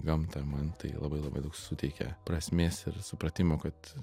gamtą man tai labai labai daug suteikia prasmės ir supratimo kad